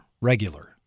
regular